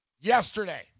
yesterday